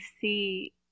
See